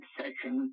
section